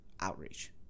outreach